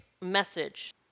message